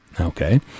okay